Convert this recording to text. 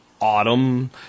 autumn